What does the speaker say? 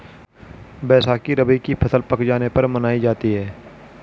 बैसाखी रबी की फ़सल पक जाने पर मनायी जाती है